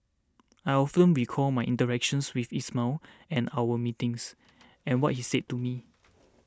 I often recall my interactions with Ismail and our meetings and what he said to me